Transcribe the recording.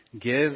give